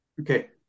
Okay